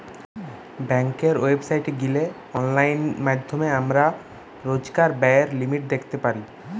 বেংকের ওয়েবসাইটে গিলে অনলাইন মাধ্যমে আমরা রোজকার ব্যায়ের লিমিট দ্যাখতে পারি